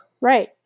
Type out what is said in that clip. right